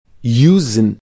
using